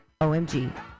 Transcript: OMG